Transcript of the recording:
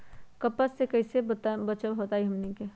कपस से कईसे बचब बताई हमनी के?